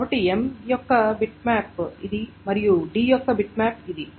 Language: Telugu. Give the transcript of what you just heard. కాబట్టి M యొక్క బిట్మ్యాప్ ఇది మరియు D యొక్క బిట్మ్యాప్ ఇది